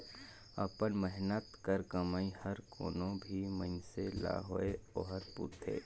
अपन मेहनत कर कमई हर कोनो भी मइनसे ल होए ओहर पूरथे